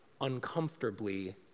uncomfortably